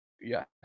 yes